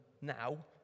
now